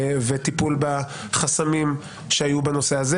וטיפול בחסמים שהיו בנושא הזה.